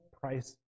price